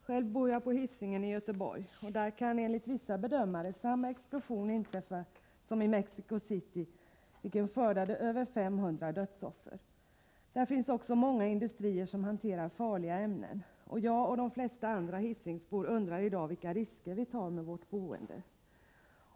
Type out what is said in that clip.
Själv bor jag på Hisingen i Göteborg, och där kan det enligt vissa bedömare inträffa en likadan explosion som den i Mexico City, som skördade 500 dödsoffer. På Hisingen finns också många industrier som hanterar farliga ämnen. Jag och de flesta andra hisingenbor undrar i dag vilka risker vi löper i vårt boende.